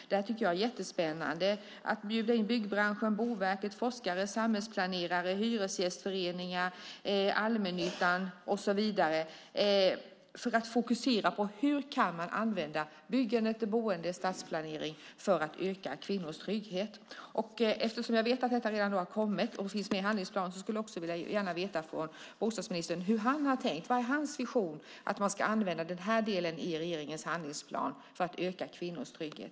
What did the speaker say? Där tycker jag att det vore jättespännande att bjuda in byggbranschen, Boverket, forskare, samhällsplanerare, hyresgästföreningar, allmännyttan och så vidare för att fokusera på hur man kan använda byggande, boende och stadsplanering för att öka kvinnors trygghet. Eftersom jag vet att detta redan har kommit och finns med i handlingsplanen skulle jag också gärna vilja veta hur bostadsministern har tänkt. Vad är bostadsministerns vision att man ska använda denna del i regeringens handlingsplan till för att öka kvinnors trygghet?